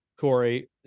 Corey